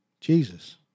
Jesus